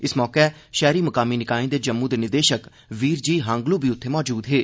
इस मौके षैहरी मकामी निकाएं दे जम्मू दे निदेषक वीर जी हांगलू उत्थे मौजूद हे